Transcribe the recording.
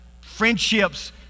friendships